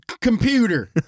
computer